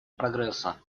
прогресса